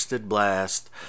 blast